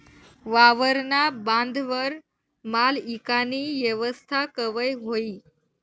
वावरना बांधवर माल ईकानी येवस्था कवय व्हयी?